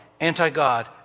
anti-God